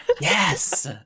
Yes